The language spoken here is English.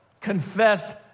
confess